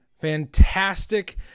fantastic